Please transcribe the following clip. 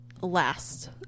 last